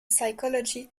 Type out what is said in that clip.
psychology